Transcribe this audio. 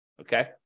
okay